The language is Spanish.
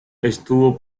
estuvo